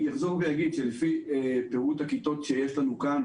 אחזור ואגיד שלפי פירוט הכיתות שיש לנו כאן,